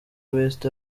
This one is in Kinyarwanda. west